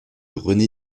rené